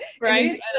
Right